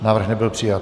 Návrh nebyl přijat.